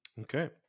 Okay